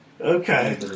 Okay